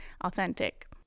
authentic